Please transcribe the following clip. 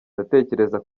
ndatekereza